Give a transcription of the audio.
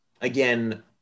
again